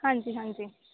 ਹਾਂਜੀ ਹਾਂਜੀ